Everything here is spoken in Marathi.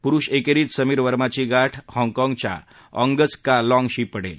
पुरुष एकेरीत समीर वर्मांची गाठ हाँगकाँगच्या आँगस का लाँगशी पडेल